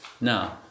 now